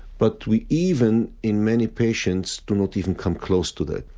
but we even in many patients do not even come close to that.